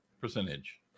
percentage